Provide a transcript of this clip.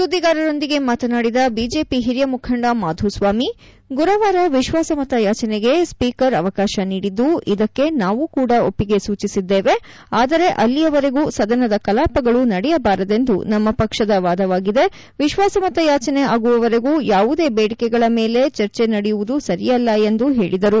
ಸುದ್ದಿಗಾರರೊಂದಿಗೆ ಮಾತನಾದಿದ ಬಿಜೆಪಿ ಹಿರಿಯ ಮುಖಂಡ ಮಾಧುಸ್ವಾಮಿ ಗುರುವಾರ ವಿಶ್ವಾಸಮತಯಾಚನೆಗೆ ಸೀಕರ್ ಅವಕಾಶ ನೀಡಿದ್ದು ಇದಕ್ಕೆ ನಾವು ಕೂಡ ಒಪ್ಪಿಗೆ ಸೂಚಿಸಿದ್ದೇವೆ ಆದರೆ ಅಲ್ಲಿಯವರೆಗೂ ಸದನದ ಕಲಾಪಗಳು ನಡೆಯಬಾರದೆಂದು ನಮ್ಮ ಪಕ್ಷದ ವಾದವಾಗಿದೆ ವಿಶ್ವಾಸಮತಯಾಚನೆ ಆಗುವವರೆಗೂ ಯಾವುದೇ ಬೇಡಿಕೆಗಳ ಮೇಲೆ ಚರ್ಚೆ ನಡೆಯುವುದು ಸರಿಯಲ್ಲ ಎಂದು ಹೇಳಿದರು